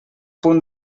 punt